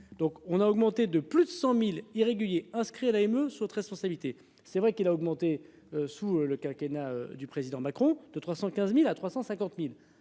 Donc on a augmenté de plus de 100.000 irréguliers inscrits à l'AME soit responsabilité. C'est vrai qu'il a augmenté sous le quinquennat du président Macron de 315.000 à 350.000